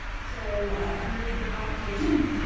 so i'm gonna read the proclamation